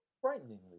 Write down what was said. frighteningly